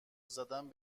زدن